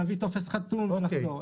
להביא טופס חתום ולחזור,